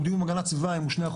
הדיון בהגנת הסביבה אם הוא 2%,